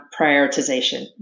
prioritization